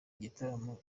igitaramo